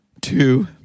two